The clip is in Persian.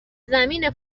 زمین